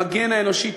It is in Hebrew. למגן האנושי,